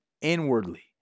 inwardly